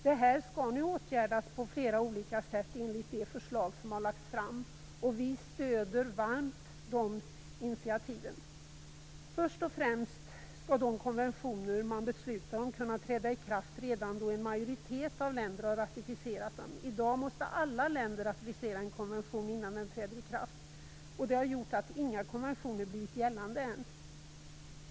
Det här skall nu åtgärdas på många olika sätt enligt de förslag som har lagts fram, och vi stöder varmt dessa initiativ. Först och främst skall de konventioner man beslutar om kunna träda i kraft redan då en majoritet av länder har ratificerat dem. I dag måste alla länder ratificera en konvention innan den träder i kraft. Det har gjort att inga konventioner har blivit gällande än.